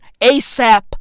ASAP